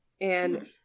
and-